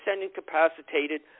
incapacitated